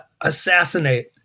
assassinate